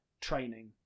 training